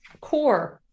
core